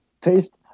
taste